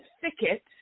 thicket